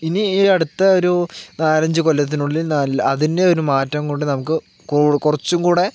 ഇനി ഈ അടുത്ത ഒരു നാലഞ്ചു കൊല്ലത്തിനുള്ളിൽ നല്ല അതിൻ്റെ ഒരു മാറ്റം കൂടി നമുക്ക് കുറച്ചും കൂടെ